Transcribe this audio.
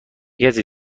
کسی